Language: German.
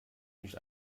nicht